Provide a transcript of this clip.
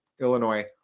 illinois